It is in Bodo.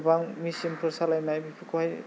गोबां मिसिनफोर सालायनाय बेफोरखौहाय